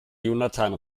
jonathan